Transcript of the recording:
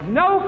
no